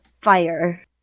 fire